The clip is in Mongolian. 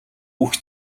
бүх